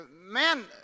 man